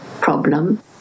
problem